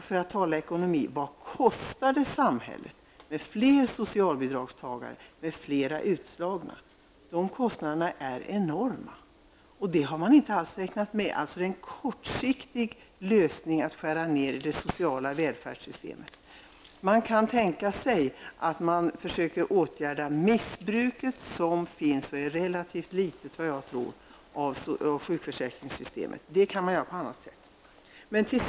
För att tala i ekonomiska termer: Vad kostar det samhället med fler socialbidragstagare och fler utslagna? De kostnaderna är enorma. Det har man inte alls räknat med. Det är en kortsiktig lösning att skära ned det sociala välfärdssystemet. Man kan tänka sig att försöka åtgärda det missbruk som finns av sjukförsäkringssystemet, som jag tror är relativt litet, på annat sätt.